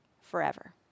forever